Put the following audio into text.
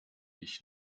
ich